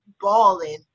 balling